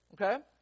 Okay